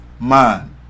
man